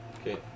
Okay